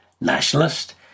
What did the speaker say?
nationalist